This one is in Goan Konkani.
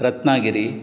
रत्नागिरी